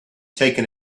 taken